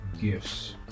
gifts